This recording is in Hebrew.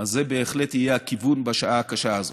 אז זה בהחלט יהיה הכיוון בשעה הקשה הזאת.